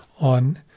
on